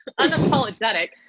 unapologetic